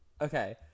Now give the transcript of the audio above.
Okay